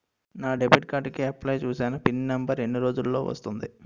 నా debit card కి apply చూసాను పిన్ నంబర్ ఎన్ని రోజుల్లో వస్తుంది?